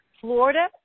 Florida